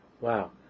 Wow